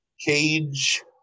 Cage